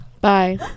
bye